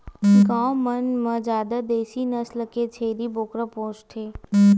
गाँव मन म जादा देसी नसल के छेरी बोकरा पोसथे